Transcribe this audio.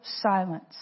silence